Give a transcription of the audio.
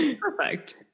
Perfect